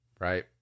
right